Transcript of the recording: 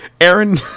Aaron